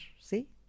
see